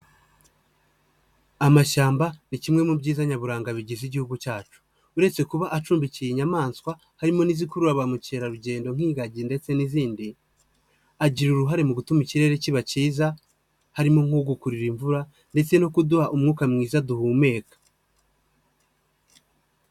Amashyamba ni kimwe mu byiza nyaburanga bigize igihugu cyacu, uretse kuba acumbikiye inyamaswa harimo n'izikurura ba mukerarugendo nk'ingagi ndetse n'izindi agira uruhare mu gutuma ikirere kiba cyiza, harimo nko gukurura imvura ndetse no kuduha umwuka mwiza duhumeka.